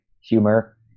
humor